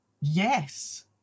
Yes